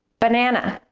banana,